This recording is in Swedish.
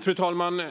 Fru talman!